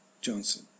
JOHNSON